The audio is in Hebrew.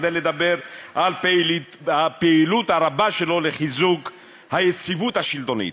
כדי לדבר על הפעילות הרבה שלו לחיזוק היציבות השלטונית,